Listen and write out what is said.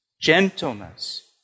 gentleness